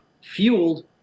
fueled